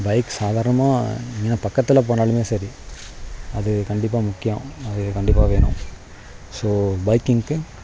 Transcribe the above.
bike சாதாரணமாக இங்கேன பக்கத்தில் போனாலுமே சரி அது கண்டிப்பாக முக்கியம் அது கண்டிப்பாக வேணும் ஸோ பைக்கிங்க்கு